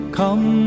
come